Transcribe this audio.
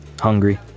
hungry